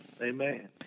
Amen